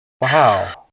Wow